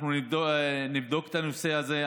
אנחנו נבדוק את הנושא הזה.